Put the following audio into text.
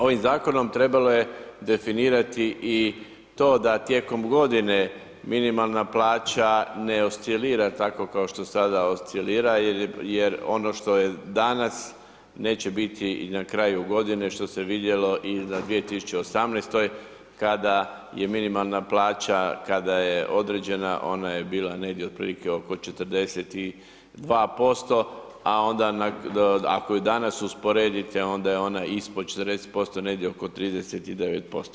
Ovim Zakonom trebalo je definirati i to da tijekom godine minimalna plaća ne oscilira tako kao što sada oscilira jer ono što je danas neće biti i na kraju godine, što se vidjelo i na 2018.-toj kada je minimalna plaća, kada je određena, ona je bila negdje otprilike oko 42%, a onda ako je danas usporedite, onda je ona ispod 40%, negdje oko 39%